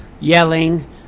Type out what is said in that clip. yelling